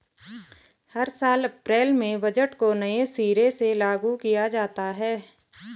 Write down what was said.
हर साल अप्रैल में बजट को नये सिरे से लागू किया जाता है